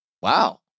Wow